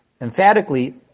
emphatically